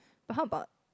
or how about